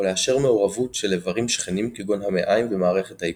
או לאשר מעורבות של איברים שכנים כגון המעיים ומערכת העיכול.